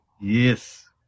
Yes